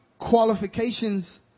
qualifications